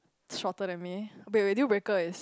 shorter than me wait wait deal breaker is